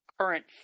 current